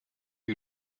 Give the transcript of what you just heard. who